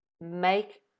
make